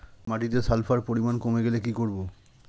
মাটিতে সালফার পরিমাণ কমে গেলে কি করব?